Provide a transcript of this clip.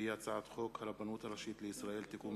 הצעת חוק הרבנות הראשית לישראל (תיקון,